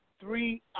Three